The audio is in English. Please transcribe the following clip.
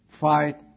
Fight